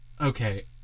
Okay